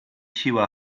siła